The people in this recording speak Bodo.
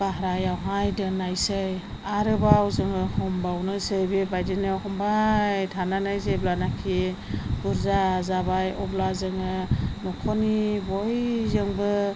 बायहेरायावहाय दोननायसै आरोबाव जोङो हमबावनोसै बेबायदिनो हमबाय थानानै जेब्लानाखि बुरजा जाबाय अब्ला जोङो न'खरनि बयजोंबो